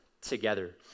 together